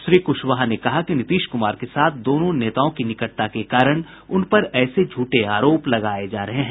श्री कुशवाहा ने कहा कि नीतीश कुमार के साथ दोनों नेताओं की निकटता के कारण उनपर ऐसे झूठे आरोप लगाये जा रहे हैं